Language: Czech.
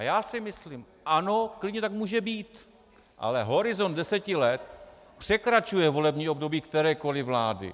Já si myslím ano, klidně tak může být, ale horizont deseti let překračuje volební období kterékoli vlády.